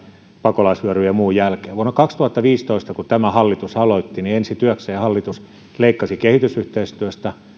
pakolaisvyöryn ja muun jälkeen vuonna kaksituhattaviisitoista kun tämä hallitus aloitti ensi työkseen hallitus leikkasi kehitysyhteistyöstä